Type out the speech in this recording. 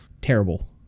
terrible